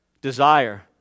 desire